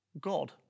God